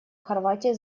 хорватии